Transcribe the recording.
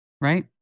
Right